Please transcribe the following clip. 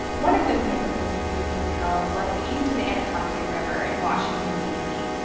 one of those neighborhoods with few hotels lies east of the anacostia river in washington, d c.